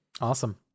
awesome